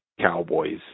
cowboys